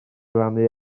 rannu